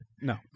no